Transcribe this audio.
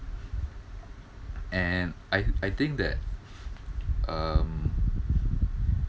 and I I think that um